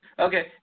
Okay